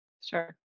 sure